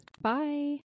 bye